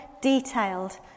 detailed